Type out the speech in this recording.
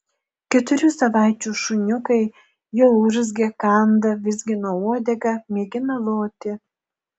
keturių savaičių šuniukai jau urzgia kanda vizgina uodegą mėgina loti